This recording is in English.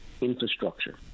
infrastructure